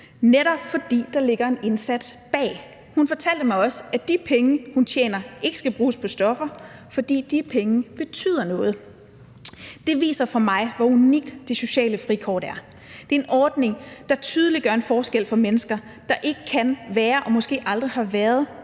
netop fordi der ligger en indsats bag. Hun fortalte mig også, at de penge, hun tjener, ikke skal bruges på stoffer, fordi de penge betyder noget. Det viser for mig, hvor unikt det sociale frikort er. Det er en ordning, der tydeligt gør en forskel for mennesker, der ikke kan være og måske aldrig har været